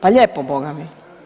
Pa lijepo bogami.